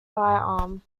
firearm